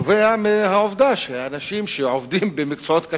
היא נובעת מהעובדה שאנשים שעובדים במקצועות קשים,